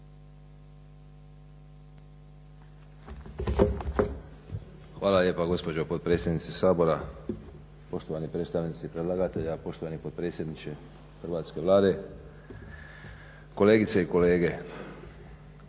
Hvala lijepa gospođo potpredsjednice Sabora, poštovani predstavnici predlagatelja, poštovani potpredsjedniče Hrvatske vlade, kolegice i kolege.